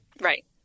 Right